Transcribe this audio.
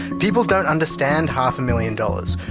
people don't understand half a million dollars.